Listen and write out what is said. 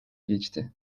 geçti